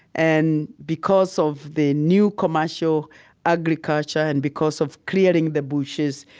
and because of the new commercial agriculture and because of clearing the bushes,